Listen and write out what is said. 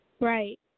Right